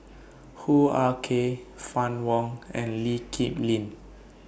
Hoo Ah Kay Fann Wong and Lee Kip Lin